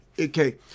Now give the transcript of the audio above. Okay